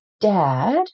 dad